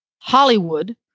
Hollywood